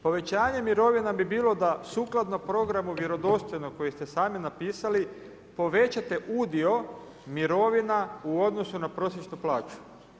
Povećanje mirovina bi bilo da sukladno programu vjerodostojno koji ste sami napisali, povećate udio mirovina u odnosu na prosječnu plaću.